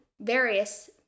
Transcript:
various